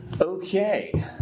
Okay